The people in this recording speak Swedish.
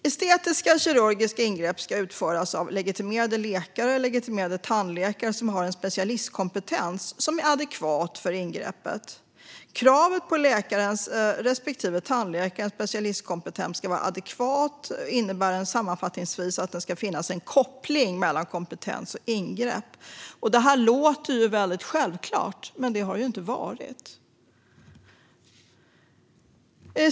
Estetiska kirurgiska ingrepp ska utföras av legitimerade läkare eller tandläkare med en specialistkompetens som är adekvat för ingreppet. Att kravet på läkarens respektive tandläkarens specialistkompetens ska vara adekvat innebär sammanfattningsvis att det ska finnas en koppling mellan kompetens och ingrepp. Detta låter väldigt självklart, men så har det inte varit tidigare.